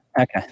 Okay